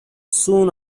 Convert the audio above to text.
soon